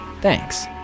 Thanks